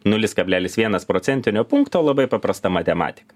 nulis kablelis vienas procentinio punkto labai paprasta matematika